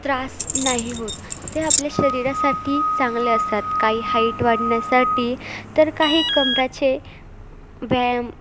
त्रास नाही होत ते आपल्या शरीरासाठी चांगले असतात काही हाईट वाढण्यासाठी तर काही कंबरेचे व्यायाम